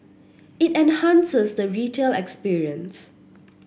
it enhances the retail experience